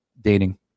dating